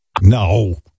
No